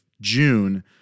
June